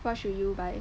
why should you buy